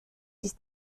ist